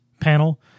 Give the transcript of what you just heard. panel